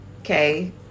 okay